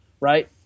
right